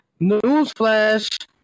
newsflash